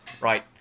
Right